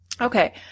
Okay